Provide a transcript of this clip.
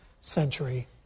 century